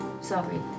Sorry